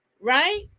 right